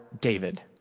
David